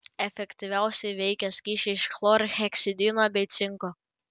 efektyviausiai veikia skysčiai iš chlorheksidino bei cinko